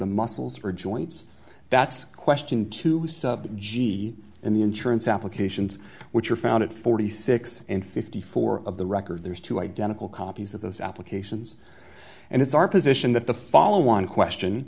the muscles or joints that's question to sub g and the insurance applications which were found at forty six and fifty four of the record there's two identical copies of those applications and it's our position that the follow on question